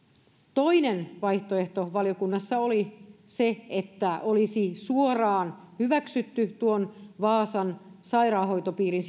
toinen vaihtoehto valiokunnassa oli se että olisi suoraan hyväksytty vaasan sairaanhoitopiirin